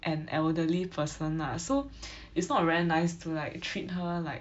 an elderly person lah so it's not very nice to like treat her like